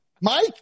Mike